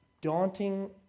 daunting